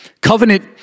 Covenant